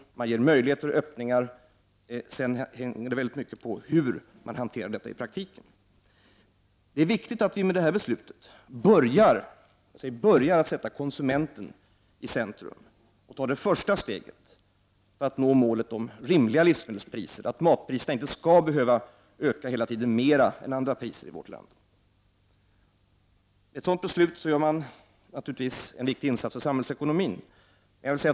Man ger möjligheter och öppningar. Sedan beror det på hur detta hanteras i praktiken. Det är viktigt att vi med detta beslut börjar sätta konsumenten i centrum och tar det första steget mot målet så rimliga livsmedelspriser, att matpriserna inte skall behöva öka mer än andra priser i vårt land. Med ett sådant beslut gör man naturligtvis en viktig insats i samhällsekonomin.